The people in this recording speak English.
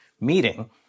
meeting